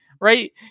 right